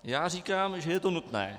Já říkám, že je to nutné.